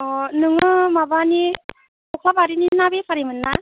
अ नोङो माबानि खख्लाबारिनि ना बेफारिमोनना